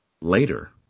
later